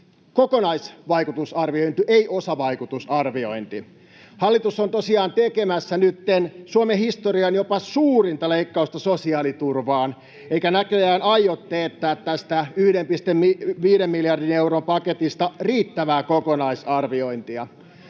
kokonaisvaikutusarviointi, ei osavaikutusarviointi. Hallitus on tosiaan tekemässä nytten Suomen historian jopa suurinta leikkausta sosiaaliturvaan eikä näköjään aio teettää tästä 1,5 miljardin euron paketista riittävää kokonaisarviointia.